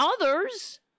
others